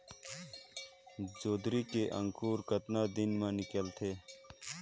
जोंदरी के अंकुर कतना दिन मां निकलथे?